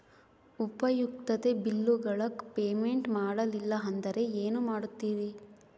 ಉಪಯುಕ್ತತೆ ಬಿಲ್ಲುಗಳ ಪೇಮೆಂಟ್ ಮಾಡಲಿಲ್ಲ ಅಂದರೆ ಏನು ಮಾಡುತ್ತೇರಿ?